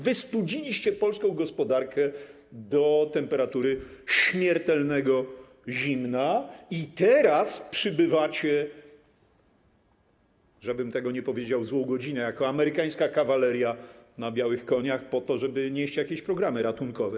Wystudziliście polską gospodarkę do temperatury śmiertelnego zimna i teraz przybywacie - żebym tego nie powiedział w złą godzinę - jako amerykańska kawaleria na białych koniach, po to żeby nieść jakieś programy ratunkowe.